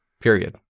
period